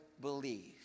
believe